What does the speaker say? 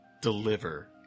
deliver